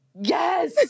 Yes